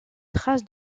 traces